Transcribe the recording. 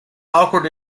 awkward